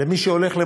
למי שהולך למוסד,